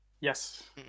Yes